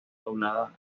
doblada